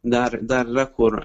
dar dar yra kur